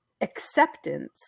acceptance